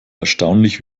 erstaunlich